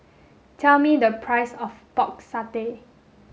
tell me the price of pork satay